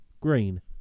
green